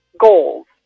goals